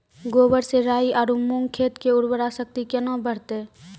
गोबर से राई आरु मूंग खेत के उर्वरा शक्ति केना बढते?